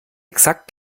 exakt